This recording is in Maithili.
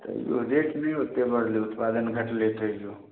तैयो रेट ने ओते बढ़लै उत्पादन घटलै तैयो